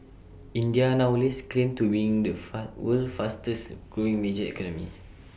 India now lays claim to being the fat world's fastest growing major economy